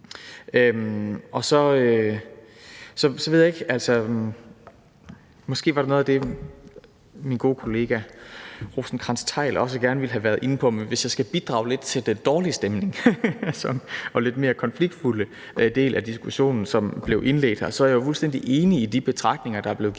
Så ved jeg ikke, om det måske var det noget af det, min gode kollega fru Pernille Rosenkrantz-Theil også gerne ville have været inde på, men hvis jeg skal bidrage lidt til den dårlige stemning og lidt mere konfliktfyldte del af diskussionen, som blev indledt her, vil jeg sige, at jeg er fuldstændig enig i de betragtninger, der er blevet givet,